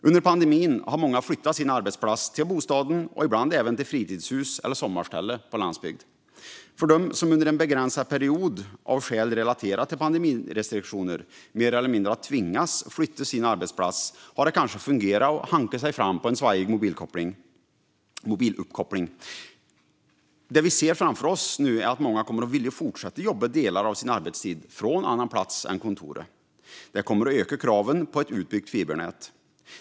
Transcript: Under pandemin har många flyttat sin arbetsplats till bostaden och ibland även till fritidshus och sommarställen på landsbygden. För dem som under en begränsad period av skäl relaterade till pandemirestriktioner mer eller mindre har tvingats flytta sin arbetsplats har det kanske fungerat att hanka sig fram med en svajig mobiluppkoppling. Men det vi ser framför oss nu är att många kommer att vilja fortsätta jobba delar av sin arbetstid från annan plats än kontoret. Detta kommer att ytterligare öka kraven på ett utbyggt fibernät.